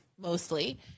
mostly